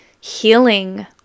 healing